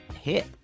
hit